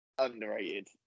underrated